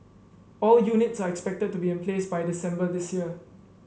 all units are expected to be in place by December this year